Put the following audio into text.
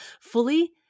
Fully